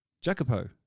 Jacopo